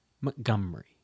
Montgomery